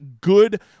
good